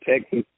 Texas